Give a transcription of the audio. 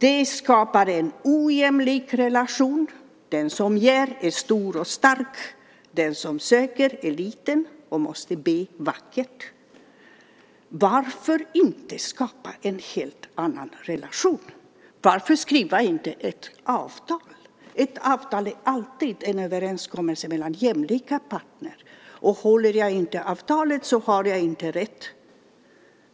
Det skapar en ojämlik relation. Den som ger är stor och stark. Den som söker är liten och måste be vackert. Varför skapar man inte en helt annan relation? Varför skriver man inte ett avtal? Ett avtal är alltid en överenskommelse mellan jämlika parter. Och om jag inte håller avtalet har jag inte rätt